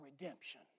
redemption